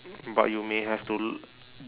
but you may have to